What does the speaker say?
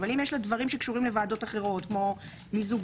אבל אם יש לה דברים שקשורים לוועדות אחרות כמו מיזוגים,